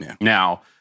Now